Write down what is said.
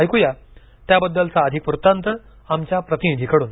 ऐकू या त्याबद्दलचा अधिक वृत्तांत आमच्या प्रतिनिधीकडून